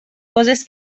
coses